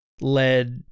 led